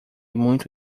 muito